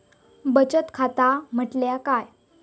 बचत खाता म्हटल्या काय?